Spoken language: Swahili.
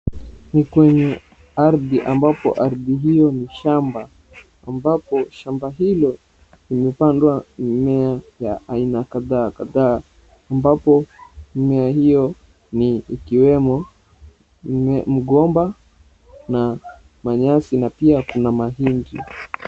Ni kwenye ardhi ambapo ardhi hiyo ni shamba ambapo shamba hilo imepandwa mimea ya aina kadhaa kadhaa ambapo mimea hiyo ni ikiwemo migomba na manyasi na pia kuna mahindi.